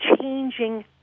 changing